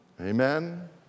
Amen